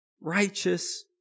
righteous